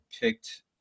picked